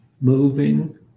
moving